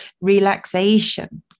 relaxation